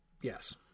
yes